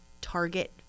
target